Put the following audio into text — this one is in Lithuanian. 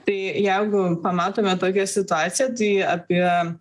tai jeigu pamatome tokią situaciją tai apie